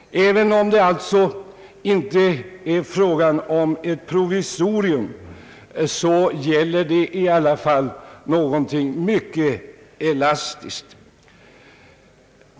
Även om det alltså inte är fråga om ett provisorium så gäller det i alla fall något mycket elastiskt.